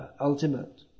ultimate